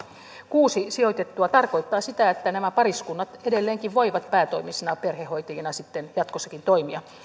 kuusi sijoitettavaa tarkoittaa sitä että nämä pariskunnat edelleenkin voivat päätoimisina perhehoitajina sitten jatkossakin toimia